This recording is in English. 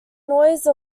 noise